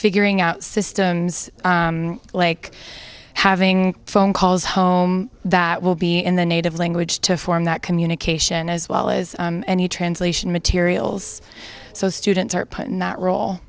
figuring out systems like having phone calls home that will be in the native language to form that communication as well as any translation materials so students are put in that role